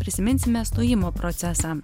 prisiminsime stojimo procesą